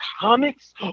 comics